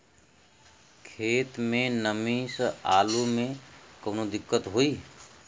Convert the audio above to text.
खेत मे नमी स आलू मे कऊनो दिक्कत होई?